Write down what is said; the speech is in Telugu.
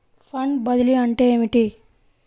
ఫండ్ బదిలీ అంటే ఏమిటి?